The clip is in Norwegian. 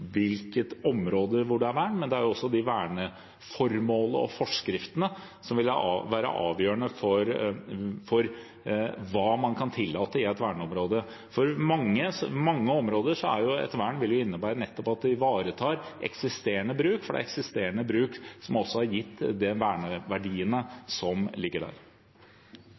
det er vern, men også verneformålet og forskriftene som vil være avgjørende for hva man kan tillate i et verneområde. For mange områder vil vern nettopp innebære at man ivaretar eksisterende bruk, for det er eksisterende bruk som har gitt verneverdiene som ligger der.